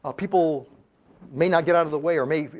ah people may not get out of the way or may